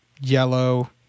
yellow